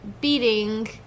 beating